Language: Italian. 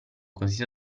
così